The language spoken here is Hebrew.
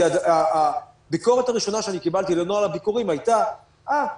כי הביקורת הראשונה שאני קיבלתי לנוהל הביקורים הייתה: אה,